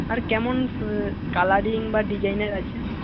আর কেমন কালারিং বা ডিজাইনের আছে